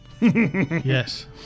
Yes